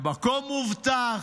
במקום מובטח,